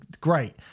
great